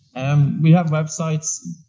um we have websites,